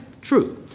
true